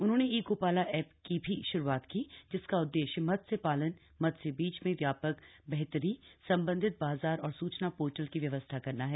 उन्होंने ई गो ाला ऐ की भी श्रुआत की जिसका उददेश्य मत्स्य शालन मत्स्य बीज में व्यासक बेहतरी संबंधित बाजार और सुचना ोर्टल की व्यवस्था करना है